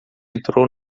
entrou